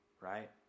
right